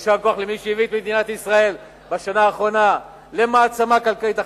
יישר כוח למי שהביא את מדינת ישראל בשנה האחרונה להיות מעצמה כלכלית,